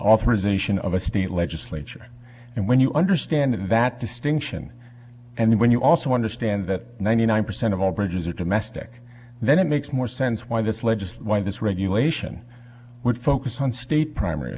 authorization of a state legislature and when you understand that distinction and when you also understand that ninety nine percent of all bridges are domestic then it makes more sense why this legist why this regulation would focus on state primary